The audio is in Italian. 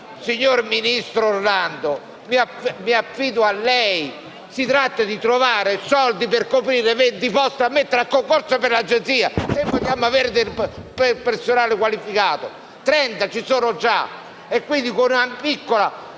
Signor ministro Orlando, mi affido a lei. Si tratta di trovare soldi per coprire venti posti da mettere a concorso per l'Agenzia. Se vogliamo avere del personale qualificato, trenta unità ci sono già e, quindi, con una piccola